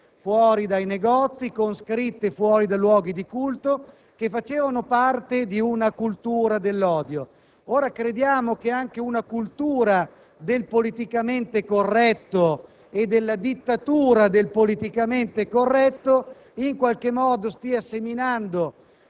fuori dai negozi e dai luoghi di culto che facevano parte di una cultura dell'odio. Ora crediamo che anche una cultura del politicamente corretto e della dittatura del politicamente corretto in qualche modo stia seminando